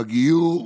בגיור,